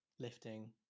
lifting